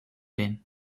bin